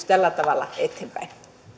tällä tavalla eteenpäin